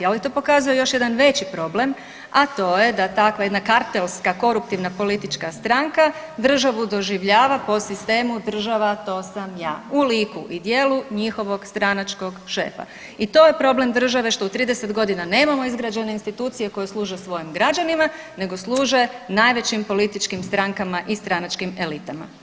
Ali to pokazuje još jedan veći problem, a to je da takva jedna kartelska koruptivna politička stranka državu doživljava po sistemu država to sam ja u liku i djelu njihovog stranačkog šefa i to je problem države što u 30.g. nemamo izgrađene institucije koje služe svojim građanima nego služe najvećim političkim strankama i stranačkim elitama.